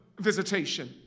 visitation